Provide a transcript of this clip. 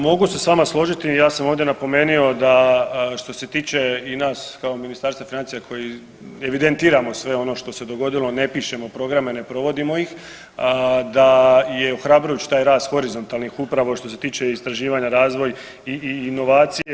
Mogu se s vama složiti i ja sam ovdje napomenio da što se tiče i nas kao Ministarstva financija koji evidentiramo sve ono što se dogodilo, ne pišem o programe, ne provodimo ih, da je ohrabrujući taj rast horizontalnih upravo što se tiče istraživanja, razvoj i inovacije.